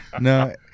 No